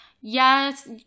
yes